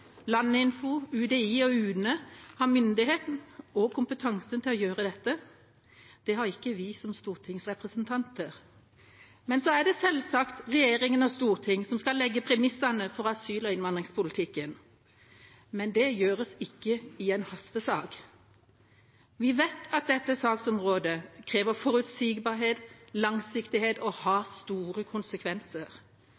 Landinfo, UDI og UNE har myndigheten og kompetansen til å gjøre dette, det har ikke vi som stortingsrepresentanter. Så er det selvsagt regjering og storting som skal legge premissene for asyl- og innvandringspolitikken, men det gjøres ikke i en hastesak. Vi vet at dette saksområdet krever forutsigbarhet og langsiktighet og har